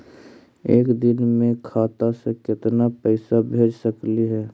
एक दिन में खाता से केतना पैसा भेज सकली हे?